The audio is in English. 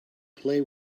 play